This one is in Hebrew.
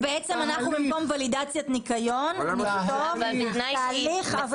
במקום ולידציית ניקיון, אנחנו הפרדה